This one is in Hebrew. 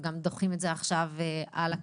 וגם דוחים את זה עכשיו הלאה,